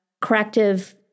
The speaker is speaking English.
corrective